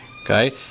Okay